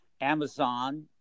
Amazon